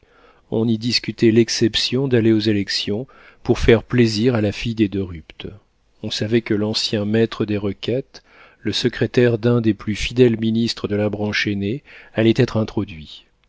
on y discutait l'exception d'aller aux élections pour faire plaisir à la fille des de rupt on savait que l'ancien maître des requêtes le secrétaire d'un des plus fidèles ministres de la branche aînée allait être introduit